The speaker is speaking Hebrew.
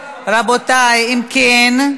רבותי, אם כן,